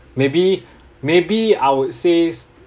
maybe maybe I would say s~